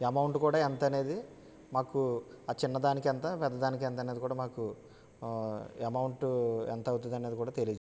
amount కూడా ఎంత అనేది మాకు ఆ చిన్న దానికి ఎంత పెద్ద దానికి ఎంత అనేది కూడా మాకు అమౌంట్ ఎంత అవుతుంది అనేది కూడా తెలియ చేయండి